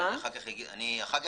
שמעתי